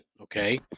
okay